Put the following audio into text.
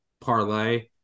parlay